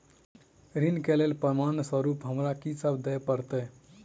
ऋण केँ लेल प्रमाण स्वरूप हमरा की सब देब पड़तय?